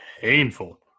Painful